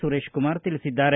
ಸುರೇಶಕುಮಾರ ತಿಳಿಸಿದ್ದಾರೆ